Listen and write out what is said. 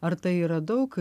ar tai yra daug